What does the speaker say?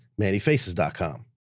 mannyfaces.com